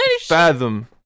Fathom